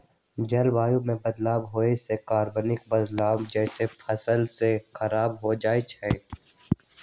जलवायु में बदलाव होए से कार्बन बढ़लई जेसे फसल स खराब हो जाई छई